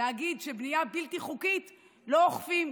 להגיד שבנייה בלתי חוקית לא אוכפים,